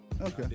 okay